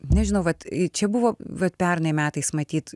nežinau vat čia buvo vat pernai metais matyt